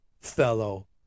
fellow